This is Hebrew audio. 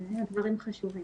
אלה דברים חשובים.